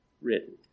written